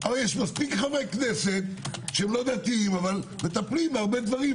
אבל יש מספיק חברי כנסת שלא דתיים אבל מטפלים בהרבה דברים.